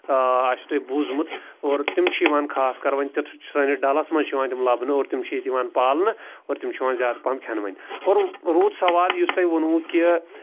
آسِوُ تۄہہِ بوٗزمُت اور تِم چھِ یِوان خاص کَر وۄنۍ سانِس ڈَلَس مںٛز چھِ یِوان تِم لَبنہٕ اور تِم چھِ ییٚتہِ یِوان پالنہٕ اور تِم چھِ یِوان زیادٕ پَہَم کھٮ۪نہٕ وۄنۍ اور روٗد سوال یوُس تۄہہِ ووٚنوُ کہِ